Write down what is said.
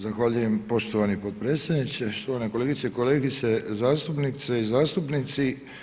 Zahvaljujem poštovani potpredsjedniče, štovane kolegice i kolege zastupnice i zastupnici.